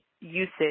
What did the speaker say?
usage